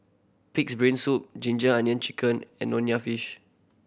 Pig's Brain Soup ginger onion chicken and nonya fish